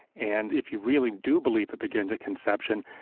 and if you really do believe it begins at conception,